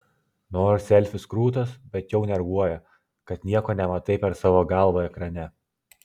nors selfis krūtas bet jau nervuoja kad nieko nematai per savo galvą ekrane